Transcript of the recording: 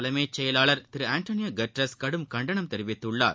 தலைமைச் செயலாளர் திரு அண்டோளியோ கட்டரஸ் கடும் கண்டனம் தெரிவித்துள்ளார்